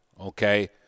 okay